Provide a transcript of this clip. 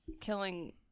killing